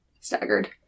staggered